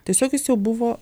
tiesiog jis jau buvo